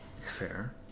Fair